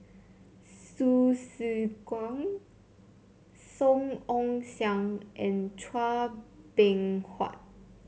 Hsu Tse Kwang Song Ong Siang and Chua Beng Huat